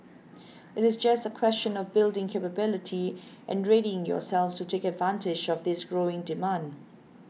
it's just a question of building capability and readying yourselves to take advantage of this growing demand